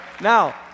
Now